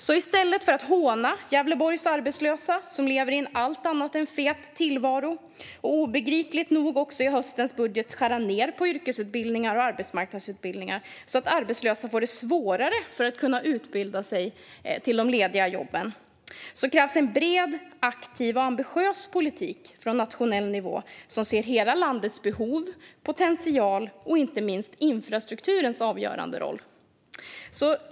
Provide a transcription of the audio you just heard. I stället för hån av Gävleborgs arbetslösa, som har en allt annat än fet tillvaro, och obegripligt nog också, i höstens budget, nedskärningar på yrkesutbildning och arbetsmarknadsutbildning så att arbetslösa får svårare att utbilda sig för de lediga jobben krävs en bred, aktiv och ambitiös politik på nationell nivå, som ser hela landets behov och potential och, inte minst, infrastrukturens avgörande roll.